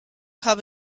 habe